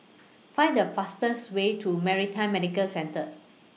Find The fastest Way to Maritime Medical Centre